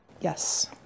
Yes